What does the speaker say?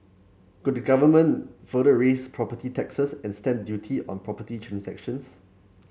could the Government further raise property taxes and stamp duty on property transactions